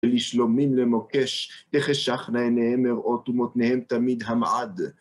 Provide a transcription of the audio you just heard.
ולשלומים למוקש, תכף שכעיניהם הראות ומותניהם תמיד המעד.